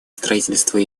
строительства